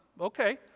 Okay